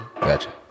Gotcha